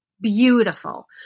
beautiful